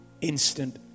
instant